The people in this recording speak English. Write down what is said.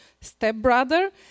stepbrother